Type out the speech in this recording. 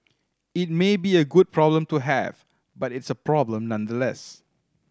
it may be a good problem to have but it's a problem nevertheless